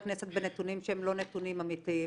כנסת בנתונים שהם לא נתונים אמיתיים.